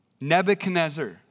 Nebuchadnezzar